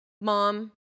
Mom